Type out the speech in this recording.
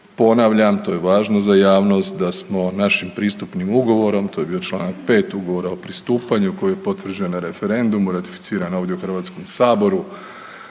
Ponavljam, to je važno za javnost, da smo našim pristupnim ugovorom, to je bio čl. 5 Ugovora o pristupanju koji je potvrđen na referendumu, ratificiran ovdje u HS-u